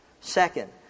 Second